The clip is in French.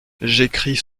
j’écris